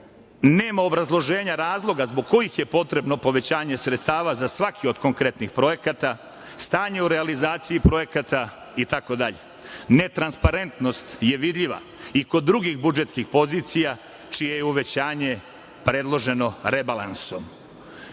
nema obrazloženja razloga zbog kojih je potrebno povećanje sredstava za svaki od konkretnih projekata, stanje u realizaciji projekata, itd. Netransparentnost je vidljiva i kod drugih budžetskih pozicija čije je uvećanje predloženo rebalansom. Rashodi